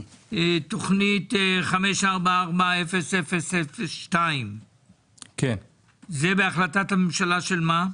בתוכנית 54-4002 היא בהחלטת הממשלה של מה?